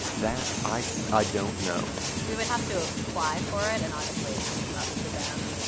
that i i don't know we would have to apply for it and honestly it's up to them